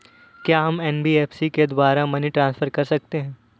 क्या हम एन.बी.एफ.सी के द्वारा मनी ट्रांसफर कर सकते हैं?